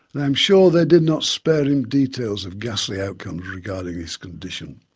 i am sure they did not spare him details of ghastly outcomes regarding his condition.